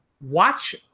watch